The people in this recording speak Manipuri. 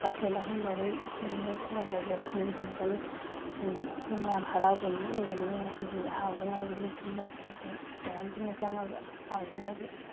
ꯃꯊꯦꯜ ꯑꯍꯨꯝ ꯃꯔꯤ ꯑꯗꯨꯃꯥꯏꯅ ꯁꯨꯍꯜꯂꯒꯦ ꯎꯝ ꯑꯩꯈꯣꯏ ꯃꯌꯥꯝ ꯍꯔꯥꯎꯕ ꯅꯨꯃꯤꯠ ꯑꯣꯏꯕꯅꯤꯅ ꯉꯁꯤꯗꯤ ꯍꯔꯥꯎꯅꯤꯡꯉꯥꯏꯒꯤ ꯑꯗꯨꯝ ꯁꯤꯜꯂꯁꯤ ꯑꯩꯈꯣꯏ ꯃꯌꯥꯝ ꯄꯨꯟꯅ ꯆꯪꯂꯒ ꯍꯥꯎꯅꯉꯥꯏꯒꯤ